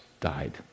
died